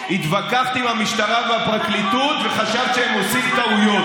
התווכחת עם המשטרה והפרקליטות וחשבת שהם עושים טעויות,